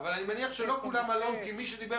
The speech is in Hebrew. אבל אני מניח שלא כולם אלון כי מי שדיבר